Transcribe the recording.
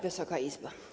Wysoka Izbo!